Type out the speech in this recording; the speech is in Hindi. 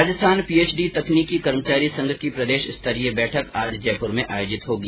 राजस्थान पीएचइडी तकनीकी कर्मचारी संघ की प्रदेश स्तरीय बैठक आज जयपुर में आयोजित होगी